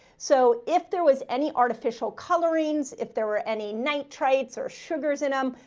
so if there was any artificial colorings, if there were any nitrates or sugars in them,